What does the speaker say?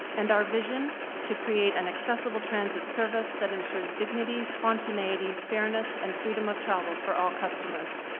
and our vision to create an accessible transit service that ensures dignity, spontaneity, fairness and freedom of travel for all customers.